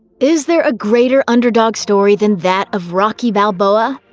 is there a greater underdog story than that of rocky balboa?